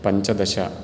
पञ्चदश